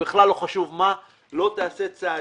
בכלל לא חשוב איזו היא לא תעשה צעדים.